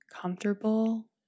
comfortable